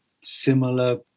similar